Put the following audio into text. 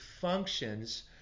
functions